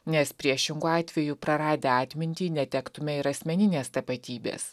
nes priešingu atveju praradę atmintį netektume ir asmeninės tapatybės